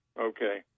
Okay